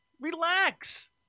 Relax